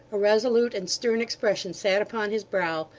a resolute and stern expression sat upon his brow,